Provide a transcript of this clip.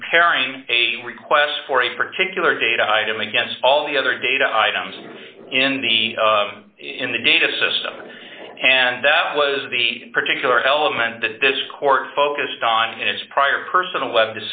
comparing a request for a particular data item against all the other data items in the in the data system and that was the particular element that this court focused on its prior personal